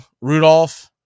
Rudolph